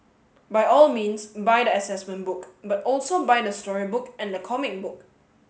by all means buy the assessment book but also buy the storybook and the comic book